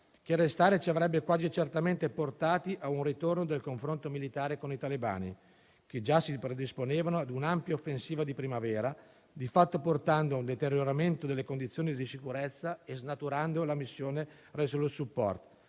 che restare ci avrebbe quasi certamente portati a un ritorno del confronto militare con i talebani, che già si predisponevano a un'ampia offensiva di primavera, di fatto portando a un deterioramento delle condizioni di sicurezza e snaturando la missione Resolute support,